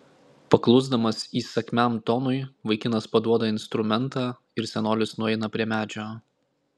paklusdamas įsakmiam tonui vaikinas paduoda instrumentą ir senolis nueina prie medžio